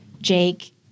Jake